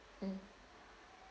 um